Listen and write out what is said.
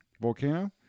Volcano